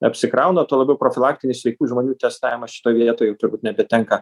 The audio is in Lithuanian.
apsikrauna tuo labiau profilaktinis sveikų žmonių testavimas šitoj vietoj jau turbūt nebetenka